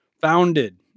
founded